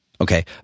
okay